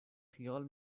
خیال